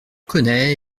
connais